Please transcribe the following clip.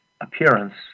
appearance